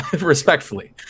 Respectfully